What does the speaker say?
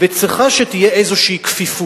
וצריך שתהיה איזו כפיפות.